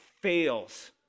fails